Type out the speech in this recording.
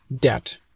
debt